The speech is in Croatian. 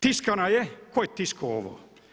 Tiskana je tko je tisko ovo?